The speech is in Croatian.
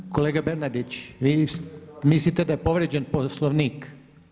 Kolega Bernardić, vi mislite da je povrijeđen Poslovnik?